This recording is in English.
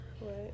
Right